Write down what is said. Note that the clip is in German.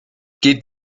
geht